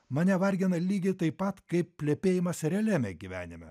mane vargina lygiai taip pat kaip plepėjimas realiame gyvenime